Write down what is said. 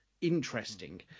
Interesting